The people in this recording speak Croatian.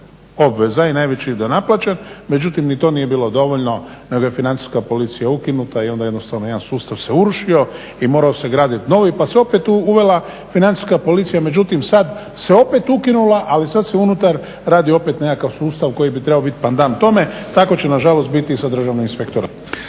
obveza i najveći dio je naplaćen. Međutim, ni to nije bilo dovoljno nego je Financijska policija ukinuta i onda jednostavno jedan sustav se urušio i morao se graditi novi, pa se opet uvela Financijska policija. Međutim, sad se opet ukinula ali sad se unutar radi opet nekakav sustav koji bi trebao biti pandan tome. Tako će na žalost biti i sa Državnim inspektoratom.